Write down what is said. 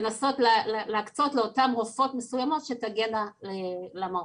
לנסות להקצות לאותן הרופאות מסוימות שתגענה למרפאות.